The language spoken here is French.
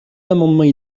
amendements